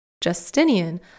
Justinian